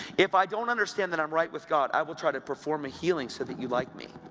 if i don't understand that i'm right with god, i will try to perform a healing, so that you like me.